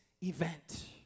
event